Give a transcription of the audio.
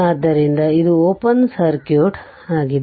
ಆದ್ದರಿಂದ ಇದು open circuit ಆಗಿದೆ